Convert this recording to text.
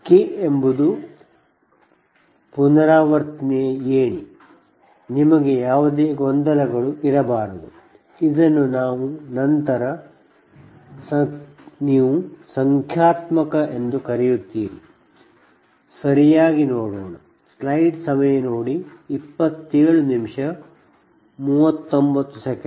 ಇದು K ಪುನರಾವರ್ತನೆಯ ಎಣಿಕೆ